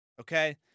Okay